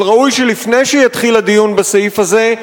אבל ראוי שלפני שיתחיל הדיון בסעיף הזה,